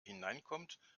hineinkommt